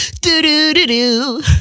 Do-do-do-do